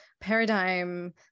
paradigm